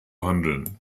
handeln